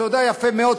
אתה יודע יפה מאוד,